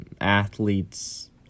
athletes